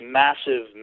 massive